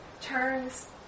turns